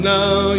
now